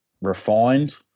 refined